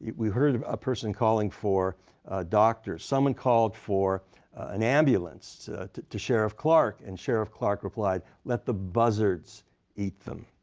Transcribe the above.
we heard a person calling for a doctor. someone called for an ambulance to to sheriff clark. and sheriff clark replied, let the buzzards eat them.